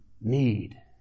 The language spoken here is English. need